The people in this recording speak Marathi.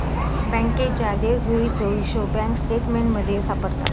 बँकेच्या देवघेवीचो हिशोब बँक स्टेटमेंटमध्ये सापडता